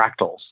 fractals